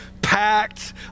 Packed